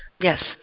Yes